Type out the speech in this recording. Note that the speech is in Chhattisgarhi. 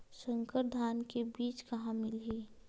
संकर धान के बीज कहां मिलही?